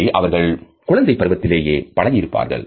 இதை அவர்கள் குழந்தைப் பருவத்திலேயே பழகி இருப்பார்கள்